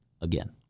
Again